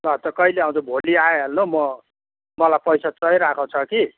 ल त कहिले आउँछ भोलि आइहाल्नु म मलाई पैसा चाहिरहेको छ कि